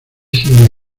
sigue